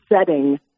setting